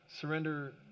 Surrender